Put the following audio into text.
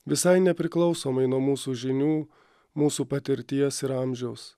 visai nepriklausomai nuo mūsų žinių mūsų patirties ir amžiaus